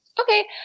Okay